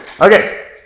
Okay